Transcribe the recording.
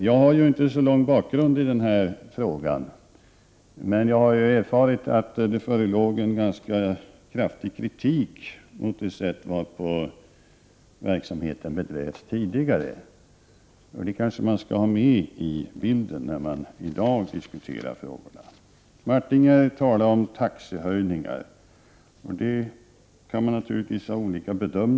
Jag har inte så lång bakgrund som kommunikationsminister, men jag har erfarit att det förelåg en ganska kraftig kritik mot det sätt varpå verksamheten tidigare bedrevs, vilket man kanske skall ha med i bilden när man i dag diskuterar dessa frågor. Jerry Martinger talade om taxehöjningar, och dessa kan man naturligtvis bedöma på olika sätt.